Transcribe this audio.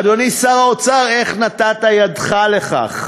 אדוני שר האוצר, איך נתת ידך לכך?